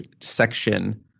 section